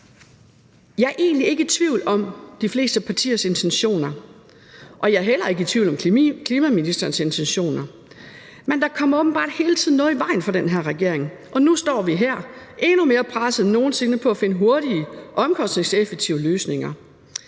Jeg er egentlig ikke i tvivl om de fleste partiers intentioner, og jeg er heller ikke i tvivl om klimaministerens intentioner, men der kommer åbenbart hele tiden noget i vejen for den her regering. Og nu står vi her endnu mere pressede end nogen sinde i forhold til at finde hurtige og omkostningseffektive løsninger.